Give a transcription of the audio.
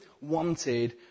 wanted